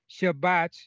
Shabbats